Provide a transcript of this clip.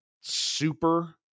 super